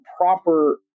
proper